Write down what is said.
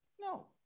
No